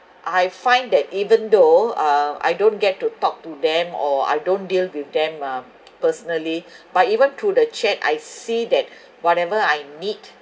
I find that even though uh I don't get to talk to them or I don't deal with them uh personally but even to the chat I see that whatever I need